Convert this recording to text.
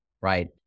right